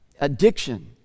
addiction